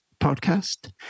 podcast